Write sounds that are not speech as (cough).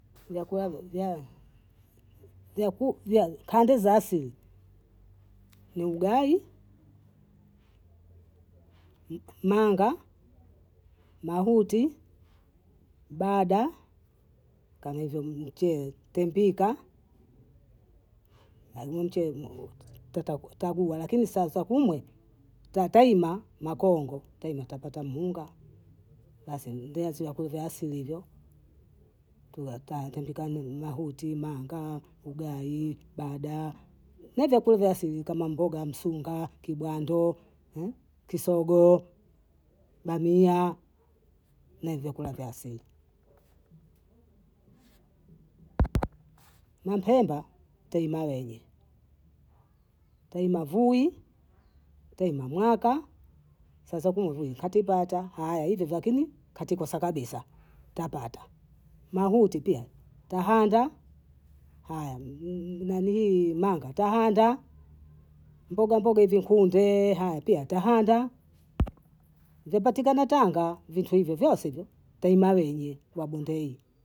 Vyakula vya (hesitation) kande za asili, ni ugai, (hesitation) monga, mahuti, bada, kama hivyo (hesitation) mchele, tumpika (hesitation) tagula, lakini sasa humwe twataima makongo. twaima twapata mhunga, basi ndo nasi vyakula vya asili hivyo, kula (hesitation) tampika mi mwahuti, manga. ugai. bada, na vyakula vya asili kama mboga msunga, kibwando, (hesitation) kisogo, bamia, ni vyakula vya asili. (hesitation) (noisy) Nimpemba twaima wenye. twaima vui, twaima mwoka, sasa kuima vui katipata, aaya ivyovyo lakini katikosa kabisa tapata, mahuti pia tahonda, aya (hesitation) manga tahonda, mbogamboga hizo kundee haya pia tahonda, vipatikana Tanga vitu hivyo vyose hivyo, twaima wenye wabondei.